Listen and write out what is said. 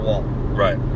Right